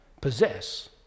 possess